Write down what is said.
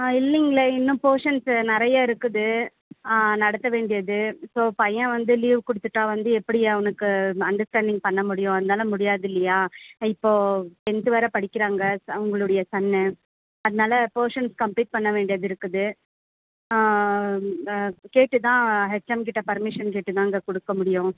ஆ இல்லைங்களே இன்னும் போஷன்ஸு நிறைய இருக்குது நடத்த வேண்டியது ஸோ பையன் வந்து லீவ் கொடுத்துட்டா வந்து எப்படி அவனுக்கு அன்டர்ஸ்டேண்டிங் பண்ணமுடியும் அதனால் முடியாது இல்லையா இப்போது டென்த்து வேறு படிக்கிறாங்க உங்களுடைய சன்னு அதனால் போஷன்ஸ் கம்ப்ளீட் பண்ண வேண்டியது இருக்குது கேட்டு தான் ஹெச்எம் கிட்டே பர்மிஷன் கேட்டுதான்ங்க கொடுக்க முடியும்